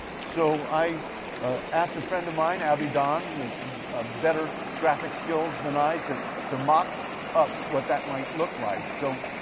so i ah asked a friend of mine, abby don, who's ah better graphic skills than i, to to mock up what that might look like. so,